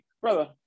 Brother